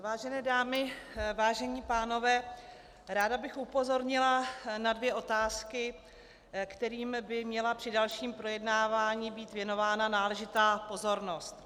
Vážené dámy, vážení pánové, ráda bych upozornila na dvě otázky, kterým by měla při dalším projednávání být věnována náležitá pozornost.